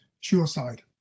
suicide